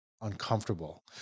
uncomfortable